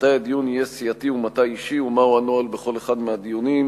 מתי הדיון יהיה סיעתי ומתי אישי ומהו הנוהל בכל אחד מהדיונים.